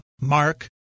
Mark